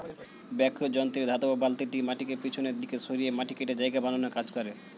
backhoe যন্ত্রে ধাতব বালতিটি মাটিকে পিছনের দিকে সরিয়ে মাটি কেটে জায়গা বানানোর কাজ করে